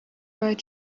باید